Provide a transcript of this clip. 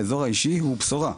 האזור האישי הוא בשורה,